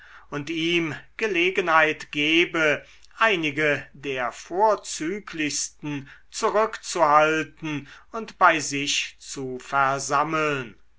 und ihm gelegenheit gebe einige der vorzüglichsten zurückzuhalten und bei sich zu versammeln